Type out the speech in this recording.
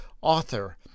author